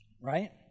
Right